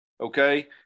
Okay